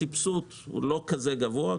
הסבסוד הוא לא כזה גבוה.